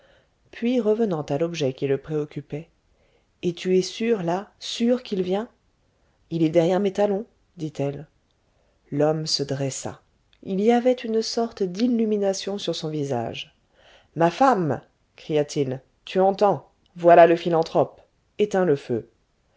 puis revenant à l'objet qui le préoccupait et tu es sûre là sûre qu'il vient il est derrière mes talons dit-elle l'homme se dressa il y avait une sorte d'illumination sur son visage ma femme cria-t-il tu entends voilà le philanthrope éteins le feu